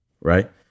Right